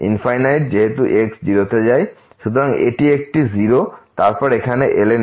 সুতরাং এটি একটি 0 এবং তারপর এখানে ln